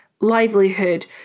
livelihood